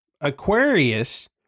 Aquarius